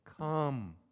Come